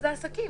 אלה עסקים.